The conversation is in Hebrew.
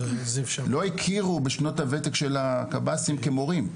לא הכירו בשנות הוותק של הקב"סים כמורים.